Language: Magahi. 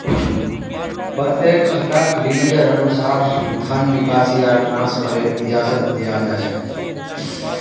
प्रत्येक खाताक लिमिटेर अनुसा र धन निकासी या ट्रान्स्फरेर इजाजत दीयाल जा छेक